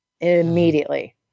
Immediately